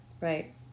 Right